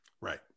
Right